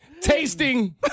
tasting